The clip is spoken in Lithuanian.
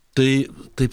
tai taip